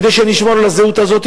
כדי שנשמור על הזהות הזאת,